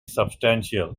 substantial